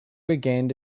regained